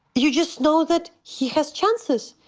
you just know that he has chances.